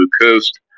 coast